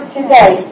today